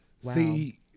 See